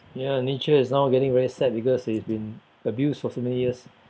ya nature is now getting very sad because it's been abused for so many years